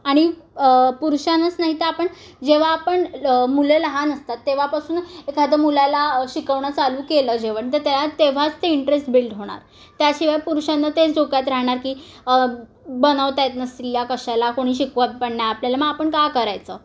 आणि पुरुषांनाच नाही तर आपण जेव्हा आपण मुले लहान असतात तेव्हापासून एखादं मुलाला शिकवणं चालू केलं जेवण तर त्या तेव्हाच ते इंटरेस्ट बिल्ड होणार त्याशिवाय पुरुषांना तेच डोक्यात राहणार की बनवत आहेत ना स्त्रिया कशाला कोणी शिकवत पण नाही आपल्याला मग आपण का करायचं